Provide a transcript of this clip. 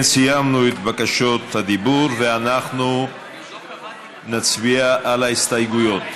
סיימנו את בקשות הדיבור ואנחנו נצביע על ההסתייגויות.